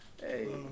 Hey